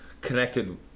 connected